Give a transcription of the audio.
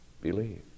believe